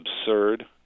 absurd